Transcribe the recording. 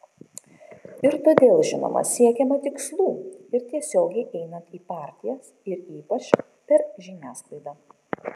ir todėl žinoma siekiama tikslų ir tiesiogiai einant į partijas ir ypač per žiniasklaidą